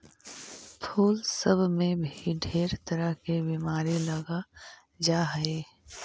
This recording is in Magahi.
फूल सब में भी ढेर तरह के बीमारी लग जा हई